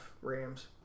Rams